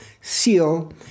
seal